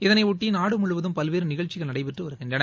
இதனையொட்டி நாடு முழுவதும் பல்வேறு நிகழ்ச்சிகள் நடைபெற்று வருகின்றன